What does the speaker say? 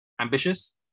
Ambitious